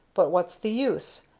but what's the use?